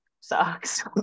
sucks